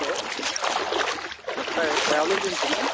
hello travelling agency నా